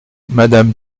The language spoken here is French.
madame